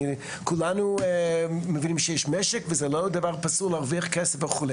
כולנו מבינים שיש משק וזה לא דבר פסול להרוויח כסף וכו',